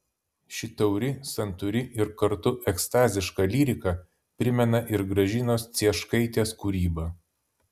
ši tauri santūri ir kartu ekstaziška lyrika primena ir gražinos cieškaitės kūrybą